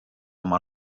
oma